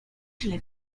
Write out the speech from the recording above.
źle